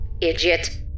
idiot